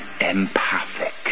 empathic